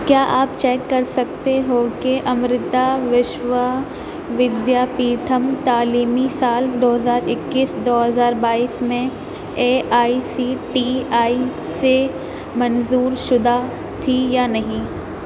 کیا آپ چیک کر سکتے ہو کہ امرتا وشوا ودیا پیٹھم تعلیمی سال دو ہزار اکیس دو ہزار بائیس میں A I C T E سے منظور شدہ تھی یا نہیں